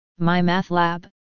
MyMathLab